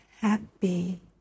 happy